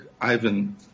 Ivan